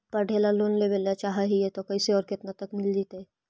पढ़े ल लोन लेबे ल चाह ही त कैसे औ केतना तक मिल जितै?